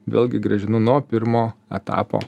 vėlgi grąžinu nuo pirmo etapo